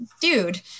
dude